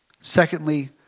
Secondly